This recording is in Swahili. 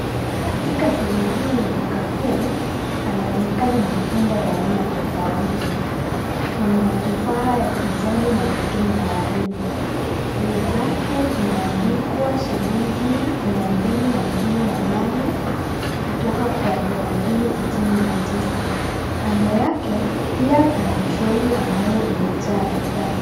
Katika sehemu hii ya duka kuu panaonekana matunda ya aina tofauti ,kuna matufaa ya kijani mengine ya waridi bei zake zimeandikwa shilingi mia mbili hamsini na nane kutoka kwa thelathini sitini na tisa kando yake pina pna troli ambayo imejaa bidhaa.